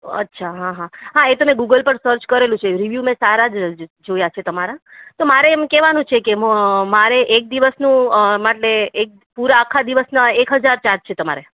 અચ્છા હા હા એ તો મેં ગૂગલ પર સર્ચ કરેલું છે રીવ્યુ મેં સારા જ જો જોયા છે તમારા તો મારે એમ કહેવાનું છે કે મ મારે એક દિવસનું મારે એક પૂરા આખા દિવસના એક હજાર ચાર્જ છે તમારે